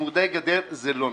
וצמודי גדר זה לא נכון?